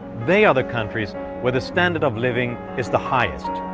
they are the countries where the standard of living is the highest.